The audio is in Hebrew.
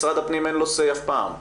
משרד הפנים, אין לו אמירה אף פעם.